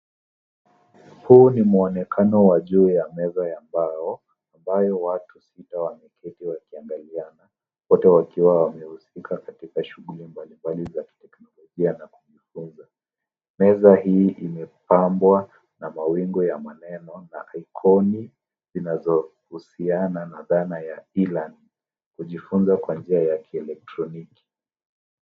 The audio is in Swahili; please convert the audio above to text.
Huu ni muonekano wa juu ya meza ya mbao ambayo watu sita wameketi wakiangaliana, wote wakiwa wamehusika katika shughuli mbalimbali za kiteknolojia na kujifunza. Meza hii imepambwa na mawingu ya maneno na ikoni zinazohusiana na dhana ya e-learning ; kujifunza kwa njia ya kielektroniki.